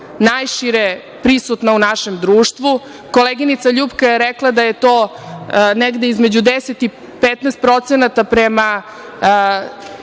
najšire prisutna u našem društvu. Koleginica LJupka je rekla da je to negde između 10% i 15% prema